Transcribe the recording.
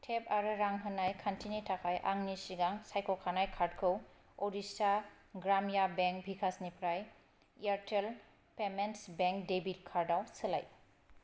tape आरो रां होनाय खान्थिनि थाखाय आंनि सिगां सायख'खानाय कार्ड खौ उडीसा ग्राम्या बेंक भिकासनिफ्राय Airtel payments bank debit card आव सोलाय